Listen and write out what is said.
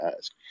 ask